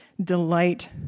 Delight